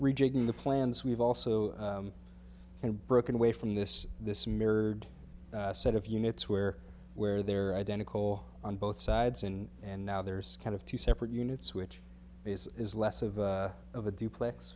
rejigging the plans we've also broken away from this this mirrored set of units where where they're identical on both sides in and now there's kind of two separate units which is is less of a duplex